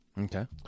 okay